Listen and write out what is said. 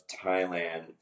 Thailand